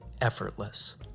effortless